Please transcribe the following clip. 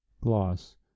Gloss